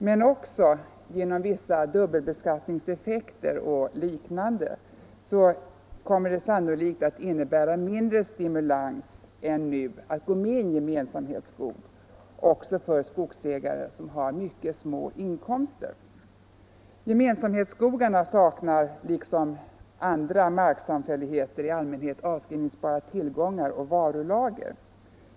Men genom vissa dubbelbeskattningseffekter och liknande kommer det sannolikt att innebära mindre stimulans än nu att gå med i gemensamhetsskog också för skogsägare som har mycket små inkomster. Gemensamhetsskogarna saknar liksom andra marksamfälligheter i allmänhet avskrivningsbara tillgångar och varulager.